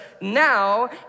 now